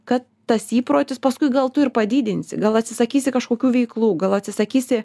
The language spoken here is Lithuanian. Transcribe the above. kad tas įprotis paskui gal tu ir padidinsi gal atsisakysi kažkokių veiklų gal atsisakysi